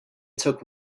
took